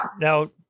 Now